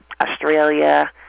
Australia